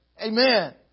Amen